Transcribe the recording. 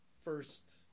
first